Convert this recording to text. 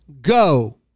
go